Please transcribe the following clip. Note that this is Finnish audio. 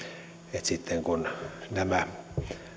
että sitten kun nämä